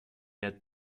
had